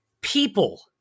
people